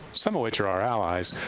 some of which are our allies,